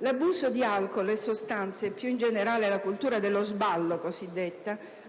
L'abuso di alcol e sostanze, più in generale la cosiddetta cultura dello sballo,